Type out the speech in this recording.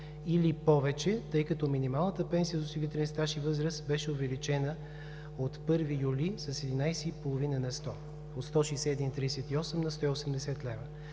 или повече, тъй като минималната пенсия за осигурителен стаж и възраст беше увеличена от 1 юли с 11,5 на сто – от 161,38 лв. на 180 лв.